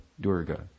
Durga